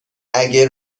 تعرفه